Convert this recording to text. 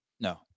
No